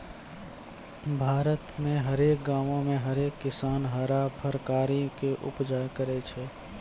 भारत मे हरेक गांवो मे हरेक किसान हरा फरकारी के उपजा करै छै